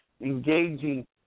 engaging